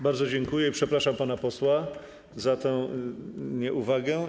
Bardzo dziękuję i przepraszam pana posła za tę nieuwagę.